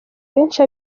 benshi